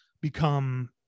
become